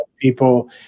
people